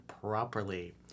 properly